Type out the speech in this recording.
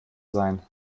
sein